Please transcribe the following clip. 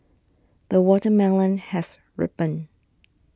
the watermelon has ripened